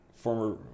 former